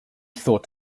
thought